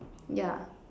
yeah